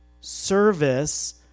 service